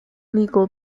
legal